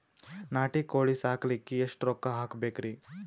ನಾಟಿ ಕೋಳೀ ಸಾಕಲಿಕ್ಕಿ ಎಷ್ಟ ರೊಕ್ಕ ಹಾಕಬೇಕ್ರಿ?